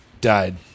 died